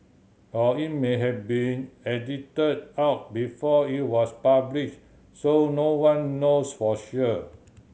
or it may have been edited out before it was published so no one knows for sure